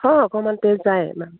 হয় অকণমান তেজ যায় মেম